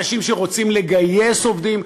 אנשים שרוצים לגייס עובדים,